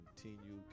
Continue